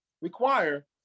require